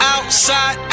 Outside